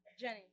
Jenny